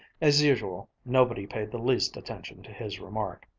as usual nobody paid the least attention to his remark.